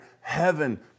heaven